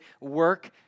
work